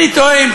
אני טוען,